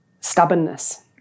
Stubbornness